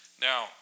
Now